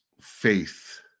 faith